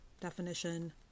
definition